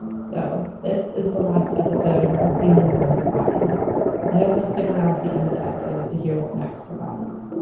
and so, this is the last episode of season one of bodies i hope you'll stick around til the end of the episode to hear what's next for bodies